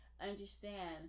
understand